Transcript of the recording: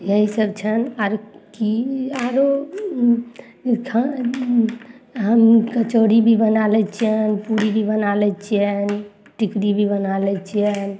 यही सब छनि आर की आरो हम कचौड़ी भी बना लै छियनि पूरी भी बना लै छियनि टिकरी भी बना लै छियनि